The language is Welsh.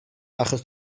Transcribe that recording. achos